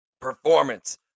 performance